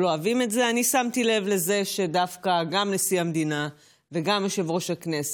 אני מאוד מקווה שהם יתמכו.